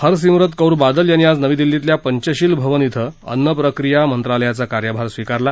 हरसिमरत कौर बादल यांनी आज नवी दिल्लीतल्या पंचशील भवन श्वं अन्नप्रक्रिया मंत्रालयाचा कार्यभार स्वीकारला